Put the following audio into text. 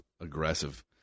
Aggressive